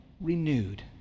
renewed